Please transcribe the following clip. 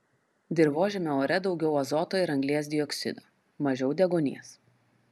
dirvožemio ore daugiau azoto ir anglies dioksido mažiau deguonies